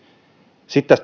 sitten